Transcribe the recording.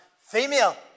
female